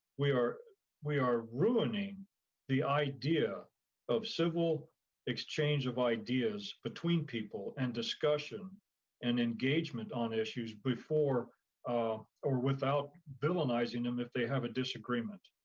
we are we are ruining the idea of civil exchange of ideas between people and discussion and engagement on issues before or without villainizing them if they have a disagreement.